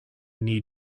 need